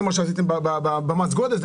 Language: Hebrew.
זה מה שעשיתם במס הגודש,